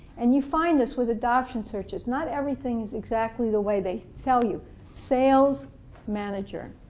and you find this with adoption searches, not everything's exactly the way they tell you sales manager.